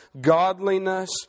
godliness